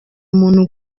umuntu